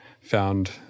found